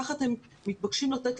כך אתם מתבקשים לתת,